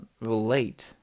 Relate